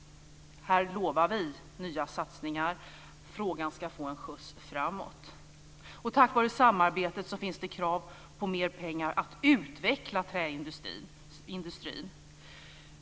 Här lovar vi nya satsningar. Frågan ska få en skjuts framåt. Och tack vare samarbetet finns det krav på mer pengar för att utveckla träindustrin.